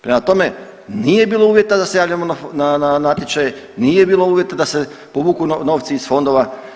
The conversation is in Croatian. Prema tome, nije bilo uvjeta da se javljamo na natječaje, nije bilo uvjeta da se povuku novci iz fondova.